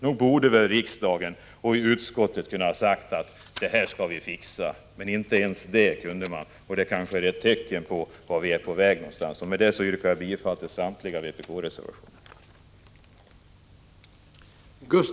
Utskottet och riksdagen borde ha kunnat säga att vi skall fixa detta, men inte ens det kunde man göra. Det är kanske ett tecken på vart vi är på väg. Med detta yrkar jag bifall till samtliga vpk-reservationer.